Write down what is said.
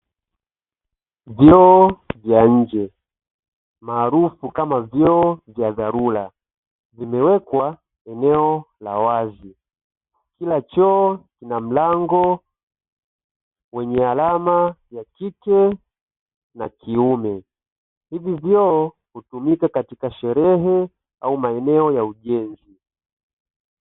Vyoo vya nje maarufu kama vyoo vya dharura, vimewekwa eneo la wazi kila choo na mlango wenye alama ya kike na kiume hivyo vyoo hutumika katika sherehe au maeneo ya ujenzi.